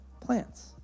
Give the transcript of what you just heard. plants